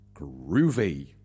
Groovy